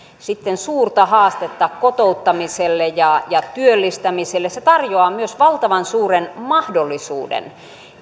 sitten suurta haastetta kotouttamiselle ja ja työllistämiselle se tarjoaa myös valtavan suuren mahdollisuuden